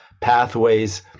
pathways